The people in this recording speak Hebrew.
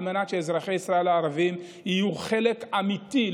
על מנת שאזרחי ישראל הערבים יהיו חלק אמיתי,